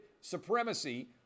supremacy